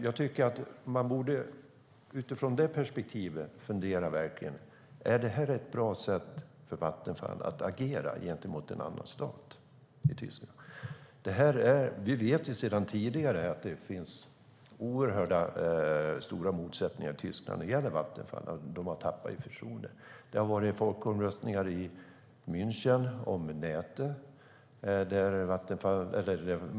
Jag tycker att man utifrån det perspektivet verkligen borde fundera: Är det ett bra sätt för Vattenfall att agera gentemot en annan stat, Tyskland? Vi vet sedan tidigare att det finns oerhört stora motsättningar i Tyskland när det gäller Vattenfall, som har tappat i förtroende. Det har varit folkomröstning i München om nätet.